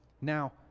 Now